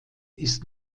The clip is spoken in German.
ist